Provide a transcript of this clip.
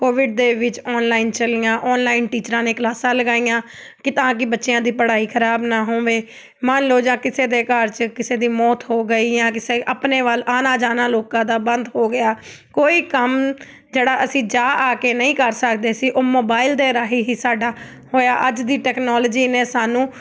Covid ਦੇ ਵਿੱਚ online ਚੱਲੀਆਂ ਔਨਲਾਈਨ ਟੀਚਰਾਂ ਨੇ ਕਲਾਸਾਂ ਲਗਾਈਆਂ ਕਿ ਤਾਂ ਕਿ ਬੱਚਿਆਂ ਦੀ ਪੜ੍ਹਾਈ ਖਰਾਬ ਨਾ ਹੋਵੇ ਮੰਨ ਲਓ ਜਾਂ ਕਿਸੇ ਦੇ ਘਰ 'ਚ ਕਿਸੇ ਦੀ ਮੌਤ ਹੋ ਗਈ ਜਾਂ ਆਪਣੇ ਵੱਲ ਆਉਣਾ ਜਾਣਾ ਲੋਕਾਂ ਦਾ ਬੰਦ ਹੋ ਗਿਆ ਕੋਈ ਕੰਮ ਜਿਹੜਾ ਅਸੀਂ ਜਾ ਆ ਕੇ ਨਹੀਂ ਕਰ ਸਕਦੇ ਸੀ ਉਹ ਮੋਬਾਈਲ ਦੇ ਰਾਹੀਂ ਹੀ ਸਾਡਾ ਹੋਇਆ ਅੱਜ ਦੀ ਟੈਕਨੋਲੋਜੀ ਨੇ ਸਾਨੂੰ